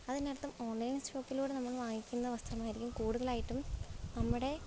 അതിനർത്ഥം ഓൺലൈൻ ഷോപ്പിലൂടെ നമ്മൾ വാങ്ങിക്കുന്ന വസ്ത്രങ്ങളായിരിക്കും കൂടുതലായിട്ടും നമ്മുടെ